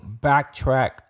backtrack